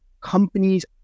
companies